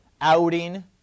outing